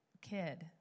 kid